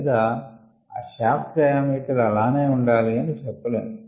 లేదా ఆ shaft diameter అలానే ఉండాలి అని అనలేం